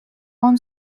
own